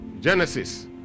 genesis